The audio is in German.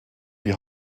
die